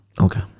Okay